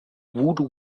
voodoo